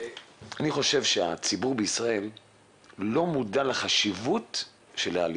אני חושב שהציבור בישראל לא מודע לחשיבות של העלייה.